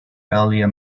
earlier